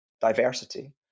diversity